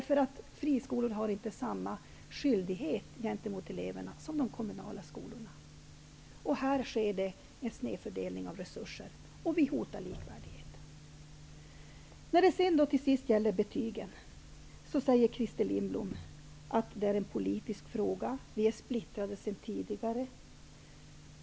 Friskolor har inte samma skyldighet gentemot eleverna som de kommunala skolorna har. Här sker det en snedfördelning av resurser som hotar likvärdigheten. Christer Lindblom sade att betygen är en politisk fråga och att partierna är splittrade sedan tidigare.